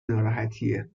ناراحتیه